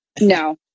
no